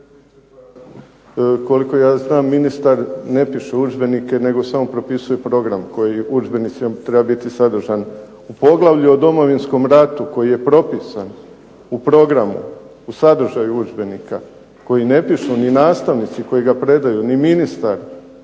Koliko ja znam ministar ne piše udžbenike nego samo propisuje program koji u udžbenicima treba biti sadržan. U poglavlju o Domovinskom ratu koji je propisan u programu o sadržaju udžbenika kojeg ne pišu ni nastavnici koji ga predaju ni ministar